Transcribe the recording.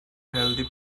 healthy